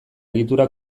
egitura